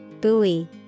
buoy